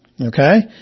Okay